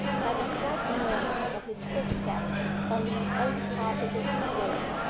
by the slight noise of his footsteps on the uncarpeted floor,